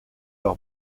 leur